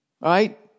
right